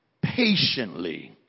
patiently